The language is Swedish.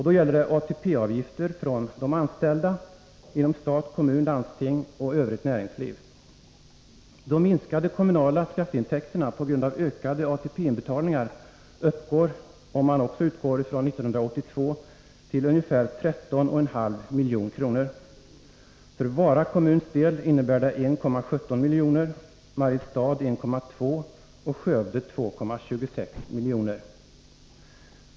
Det gäller ATP-avgifter från anställda inom stat, kommun, landsting och övrigt näringsliv. Minskningen av de kommunala skatteintäkterna på grund av ökade ATP-inbetalningar kommer, om man också här utgår från 1982, att uppgå till ungefär 13,5 milj.kr. För Vara innebär det 1,17 milj.kr., för Mariestad 1,2 och för Skövde 2,26 milj.kr.